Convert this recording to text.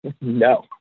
no